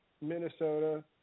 Minnesota